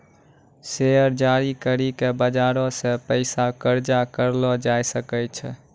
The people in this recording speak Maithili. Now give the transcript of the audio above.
शेयर जारी करि के बजारो से पैसा कर्जा करलो जाय सकै छै